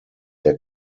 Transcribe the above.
der